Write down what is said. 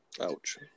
Ouch